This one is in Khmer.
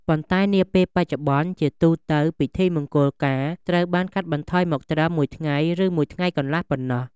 ប៉ុន្តែនាពេលបច្ចុប្បន្ន ជាទូទៅពិធីមង្គលការត្រូវបានកាត់បន្ថយមកត្រឹម មួយថ្ងៃ ឬមួយថ្ងៃកន្លះ ប៉ុណ្ណោះ។